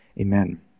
Amen